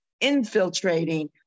infiltrating